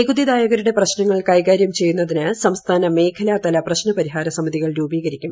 നികുതിദായകരുടെ പ്രശ്നങ്ങൾ കൈകാര്യം ചെയ്യുന്നതിന് സംസ്ഥാന മേഖലാ തല പ്രശ്നപരിഹാര സമിതികൾ രൂപീകരിക്കും